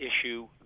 issue